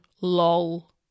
lol